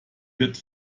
wird